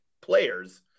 players